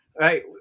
Right